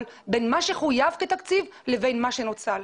בין מה שחויב כתקציב לבין מה שנוצל?